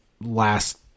last